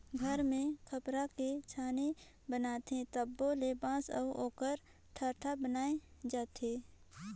घर मे खपरा के छानी बनाथे तबो ले बांस अउ ओकर ठाठ बनाये जाथे